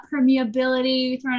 permeability